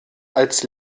als